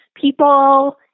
people